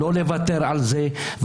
לא לוותר על זה.